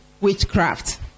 witchcraft